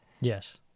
Yes